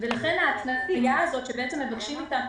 לכן ההתניה הזאת שמבקשים מאיתנו,